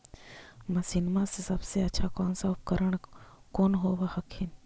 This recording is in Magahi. मसिनमा मे सबसे अच्छा कौन सा उपकरण कौन होब हखिन?